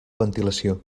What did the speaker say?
ventilació